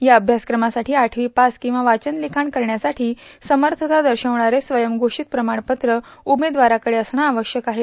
या अभ्यासक्रमासाठी आठवी पास किंवा वाचन लिखाण करण्यासाठी समर्थता दर्शविणारे स्वयोषित प्रमाणपत्र उमदेवाराकडे असणे आवश्यक आहे